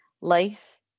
life